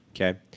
Okay